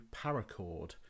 paracord